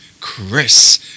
chris